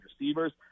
receivers